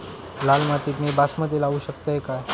लाल मातीत मी बासमती लावू शकतय काय?